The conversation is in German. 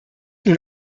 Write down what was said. nun